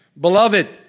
Beloved